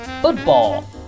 football